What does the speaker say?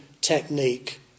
technique